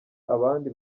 abandi